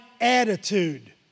attitude